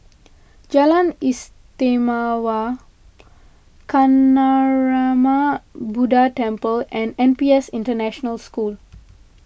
Jalan Istimewa Kancanarama Buddha Temple and N P S International School